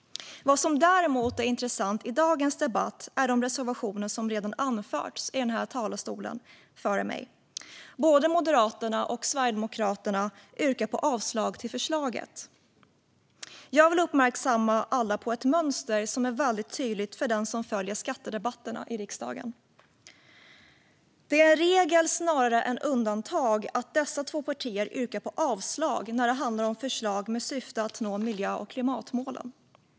Vad som däremot är intressant i dagens debatt är de reservationer som redan har tagits upp här i talarstolen före mig. Både Moderaterna och Sverigedemokraterna yrkar avslag på förslaget. Jag vill uppmärksamma alla på ett mönster som är väldigt tydligt för den som följer skattedebatterna i riksdagen: Det är regel snarare än undantag att dessa två partier yrkar avslag när det handlar om förslag med syfte att nå miljö och klimatmålen.